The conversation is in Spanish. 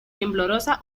temblorosa